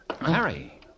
Harry